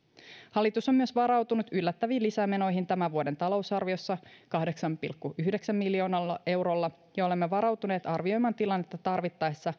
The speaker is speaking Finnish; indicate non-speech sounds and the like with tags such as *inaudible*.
hallitus on myös varautunut yllättäviin lisämenoihin tämän vuoden talousarviossa kahdeksalla pilkku yhdeksällä miljoonalla eurolla ja olemme varautuneet arvioimaan tilannetta tarvittaessa *unintelligible*